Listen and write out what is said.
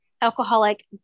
alcoholic